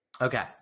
okay